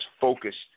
focused